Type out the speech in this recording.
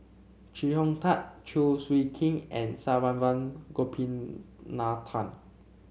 Chee Hong Tat Chew Swee Kee and Saravanan Gopinathan